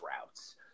routes